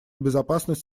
безопасность